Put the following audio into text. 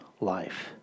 life